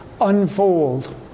unfold